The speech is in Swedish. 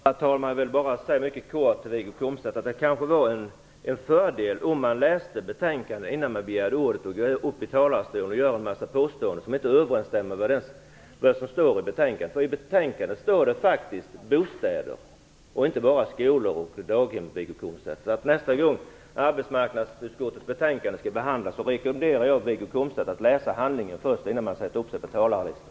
Herr talman! Jag vill bara säga till Wiggo Komstedt att det kanske vore en fördel om man läste betänkandet innan man begär ordet och går upp i talarstolen och gör en massa påståenden som inte överensstämmer med vad som sägs i betänkandet. I betänkandet står det faktiskt att det gäller bostäder och inte bara skolor och daghem. Jag rekommenderar alltså Wiggo Komstedt att läsa handlingen innan han sätter upp sig på talarlistan nästa gång ett betänkande från arbetsmarknadsutskottet skall behandlas i kammaren.